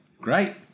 great